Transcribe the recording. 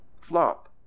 Flop